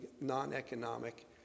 non-economic